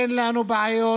אין לנו בעיות,